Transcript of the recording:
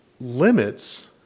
limits